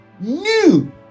new